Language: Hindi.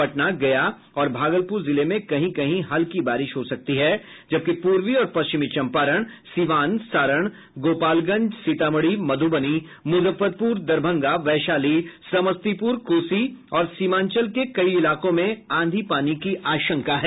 पटना गया और भागलपुर जिले में कहीं कहीं हल्की बारिश हो सकती है जबकि पूर्वी और पश्चिमी चंपारण सिवान सारण गोपालगंज सीतामढ़ी मध्रबनी मुजफ्फरपुर दरभंगा वैशाली समस्तीपुर कोसी और सीमांचल में आंधी पानी की आशंका है